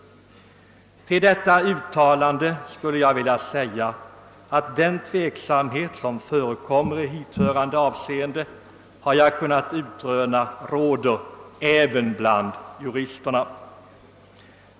Till detta uttalande skulle jag vilja säga att den tveksamhet som förekommer i hithörande avseende har jag kunnat utröna råder även bland juristerna.